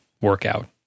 workout